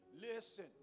Listen